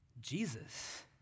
Jesus